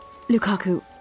Lukaku